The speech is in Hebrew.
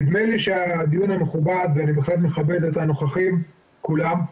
הדיון מכובד, ואני בהחלט מכבד את הנוכחים כולם.